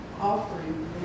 offering